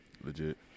legit